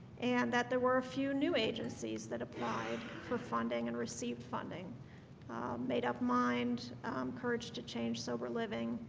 and that there were a few new agencies that applied for funding and received funding made up mind courage to change sober-living